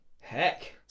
Heck